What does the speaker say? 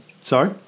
Sorry